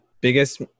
Biggest